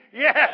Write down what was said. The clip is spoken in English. Yes